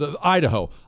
Idaho